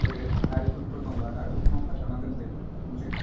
होदो नारिकलफोर दंबा नारिकल बिफाङाव खाथाबना दोनफै दुरुंजों